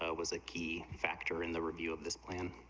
ah was a key factor in the review of this plan